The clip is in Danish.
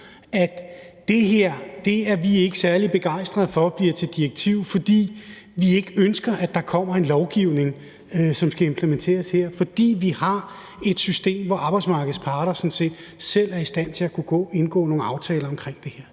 at det her er vi ikke særlig begejstrede for bliver til et direktiv, fordi vi ikke ønsker, at der kommer en lovgivning, som skal implementeres her, fordi vi har et system, hvor arbejdsmarkedets parter selv er i stand til at kunne indgå nogle aftaler omkring det.